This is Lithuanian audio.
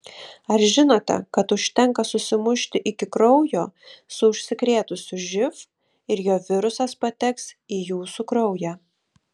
ar žinote kad užtenka susimušti iki kraujo su užsikrėtusiu živ ir jo virusas pateks į jūsų kraują